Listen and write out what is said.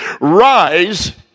rise